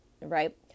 right